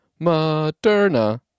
Moderna